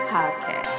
Podcast